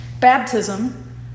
Baptism